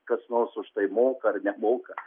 kas nors už tai moka ar nemoka